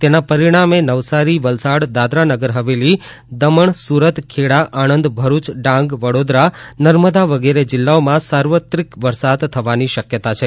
તેના પરિણામે નવસારી વલસાડ દાદરા નગર હવેલી દમણ સુરત ખેડા આણંદ ભરૂચ ડાંગ વડોદરા નર્મદા વગેરે જિલ્લાઓમાં સાર્વત્રિક વરસાદ થવાની શક્યતા છે